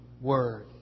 word